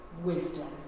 wisdom